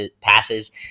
passes